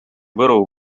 võru